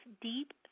deep